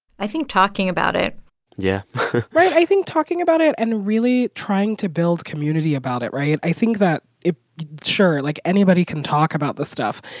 i think talking about it yeah right. i think talking about it and really trying to build community about it, right? i think that it sure, like, anybody can talk about this stuff.